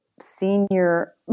senior